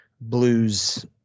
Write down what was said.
blue's